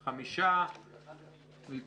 הצבעה בעד, 4 נגד, 5 לא אושרה.